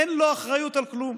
אין לו אחריות על כלום.